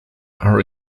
are